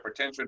hypertension